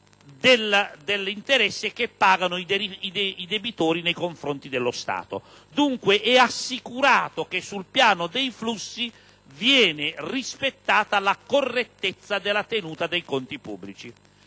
dell'interesse che pagano i debitori nei confronti dello Stato. È assicurato, dunque, che sul piano dei flussi viene rispettata la correttezza della tenuta dei conti pubblici.